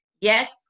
yes